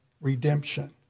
redemption